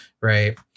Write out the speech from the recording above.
right